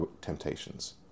temptations